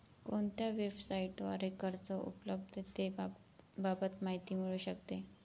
कोणत्या वेबसाईटद्वारे कर्ज उपलब्धतेबाबत माहिती मिळू शकते?